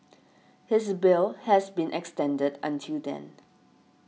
his bail has been extended until then